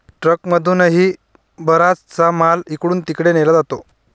ट्रकमधूनही बराचसा माल इकडून तिकडे नेला जातो